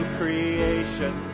creation